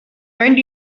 went